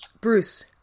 Bruce